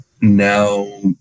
now